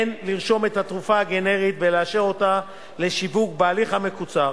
אין לרשום את התרופה הגנרית ולאשר אותה לשיווק בהליך המקוצר